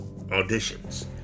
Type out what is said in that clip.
auditions